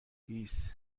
هیس